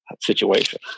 situation